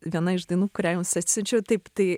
viena iš dainų kurią jums atsiunčiau taip tai